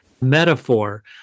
metaphor